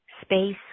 space